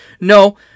No